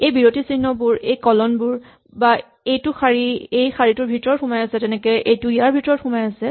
এই বিৰতি চিহ্নবোৰ এই কলন বোৰ বা এইটো শাৰী এই শাৰীটোৰ ভিতৰত সোমাই আছে তেনেকৈ এইটো ইয়াৰ ভিতৰত সোমাই আছে